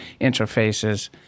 interfaces